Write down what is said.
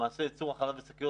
למעשה, ייצור החלב בשקיות